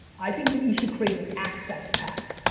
i think that you should create an access pack.